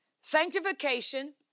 Sanctification